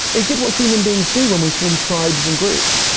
they did what human beings do when we form tribes and groups,